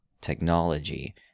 technology